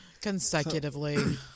consecutively